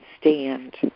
stand